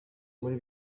muri